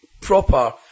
proper